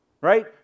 Right